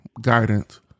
guidance